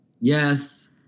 yes